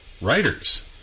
writers